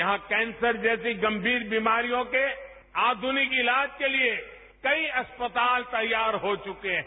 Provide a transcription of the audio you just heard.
यहां कैंसर जैसी गंगीर बीमारियों के आघुनिक इलाज के लिए कई अस्पताल तैयार हो चुके हैं